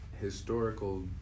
historical